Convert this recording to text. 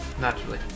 Naturally